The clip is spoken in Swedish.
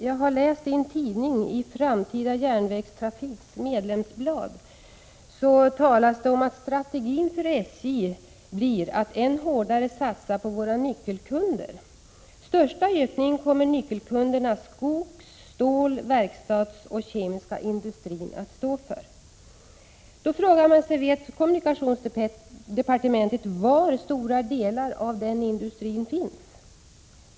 Jag har läst i en tidning, Framtida järnvägstrafiks medlemsblad, att strategin för SJ blir att än hårdare satsa på våra nyckelkunder. Den största ökningen kommer nyckelkunderna skogs-, stål-, verkstadsoch kemisk industri att stå för. Vet man i kommunikationsdepartementet var stora delar av dessa industrier finns? De Prot.